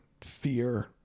fear